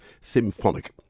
Symphonic